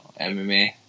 MMA